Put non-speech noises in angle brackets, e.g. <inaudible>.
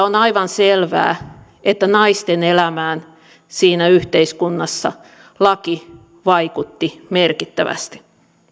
<unintelligible> on aivan selvää että naisten elämään siinä yhteiskunnassa laki vaikutti merkittävästi